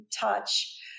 touch